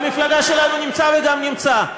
במפלגה שלנו נמצא וגם נמצא,